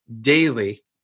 daily